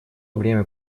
время